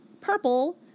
purple